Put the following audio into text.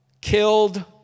killed